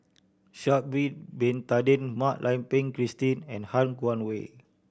Sha'ari Bin Tadin Mak Lai Peng Christine and Han Guangwei